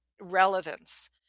relevance